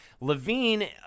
Levine